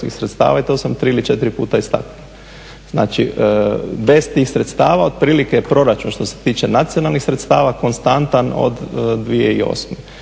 sredstava i to sam 3 ili 4 puta istaknuo. Znači bez tih sredstava otprilike proračun što se tiče nacionalnih sredstava konstantan od 2008.što